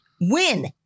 Win